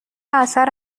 اثر